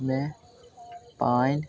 मे पानि